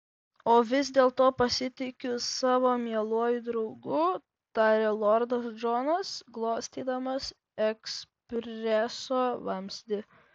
o vis dėlto pasitikiu savo mieluoju draugu tarė lordas džonas glostydamas ekspreso vamzdį